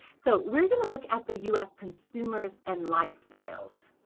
so we're going to look at the us consumers and lifestyles.